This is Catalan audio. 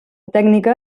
tècnica